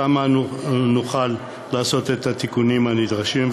שם נוכל לעשות את התיקונים הנדרשים.